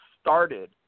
started